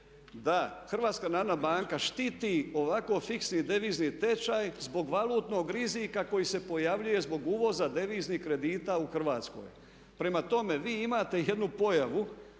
veza? Ispada da HNB štiti ovako fiksni devizni tečaj zbog valutnog rizika koji se pojavljuje zbog uvoza deviznih kredita u Hrvatskoj. Prema tome vi imate jednu pojavu